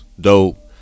Dope